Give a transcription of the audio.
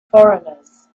foreigners